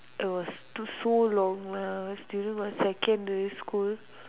it was too so long ah still in my secondary school